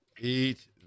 Eat